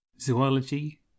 zoology